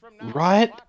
Right